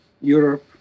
Europe